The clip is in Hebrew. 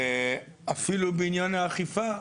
אפילו בעניין האכיפה,